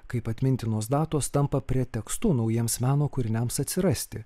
kaip atmintinos datos tampa pretekstu naujiems meno kūriniams atsirasti